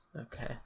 Okay